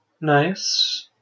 Nice